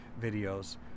videos